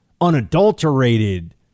unadulterated